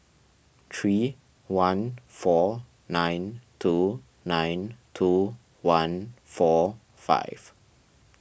three one four nine two nine two one four five